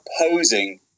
opposing